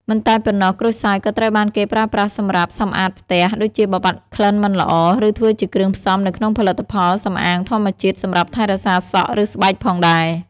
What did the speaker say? មិនតែប៉ុណ្ណោះ ក្រូចសើចក៏ត្រូវបានគេប្រើប្រាស់សម្រាប់ សម្អាតផ្ទះ ដូចជាបំបាត់ក្លិនមិនល្អ ឬធ្វើជាគ្រឿងផ្សំនៅក្នុងផលិតផលសំអាងធម្មជាតិសម្រាប់ថែរក្សាសក់ ឬស្បែកផងដែរ